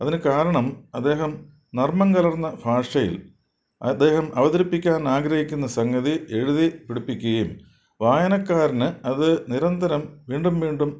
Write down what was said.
അതിനു കാരണം അദ്ദേഹം നർമ്മം കലർന്ന ഭാഷയിൽ അദ്ദേഹം അവതരിപ്പിക്കാൻ ആഗ്രഹിക്കുന്ന സംഗതി എഴുതി പിടിപ്പിക്കുകയും വായനക്കാരന് അതു നിരന്തരം വീണ്ടും വീണ്ടും